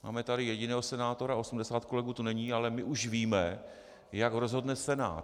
Máme tady jediného senátora, 80 kolegů tu není, ale my už víme, jak rozhodne Senát.